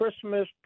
Christmas